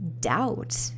doubt